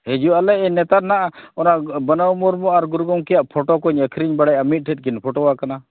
ᱦᱤᱡᱩᱜᱟᱞᱮ ᱱᱮᱛᱟᱨ ᱱᱟᱦᱟᱜ ᱚᱱᱟ ᱵᱟᱱᱟᱣ ᱢᱩᱨᱢᱩ ᱟᱨ ᱜᱩᱨᱩ ᱜᱚᱝᱠᱮᱭᱟᱜ ᱯᱷᱚᱴᱚᱠᱚᱧ ᱟᱹᱠᱷᱨᱤᱧ ᱵᱟᱲᱟᱭᱟ ᱢᱤᱫᱴᱷᱮᱱᱠᱤᱱ ᱯᱷᱚᱴᱚᱣ ᱟᱠᱟᱱᱟ